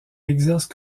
exerce